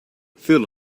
phil